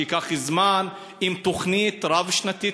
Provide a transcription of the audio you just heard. שייקח זמן עם תוכנית רב-שנתית,